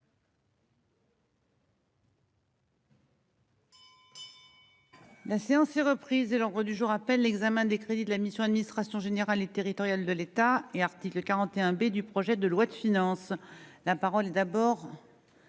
La séance est reprise et l'ordre du jour appelle l'examen des crédits de la mission Administration générale et territoriale de l'État et article 41 bé du projet de loi de finances, la parole d'abord à